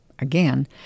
Again